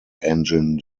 engine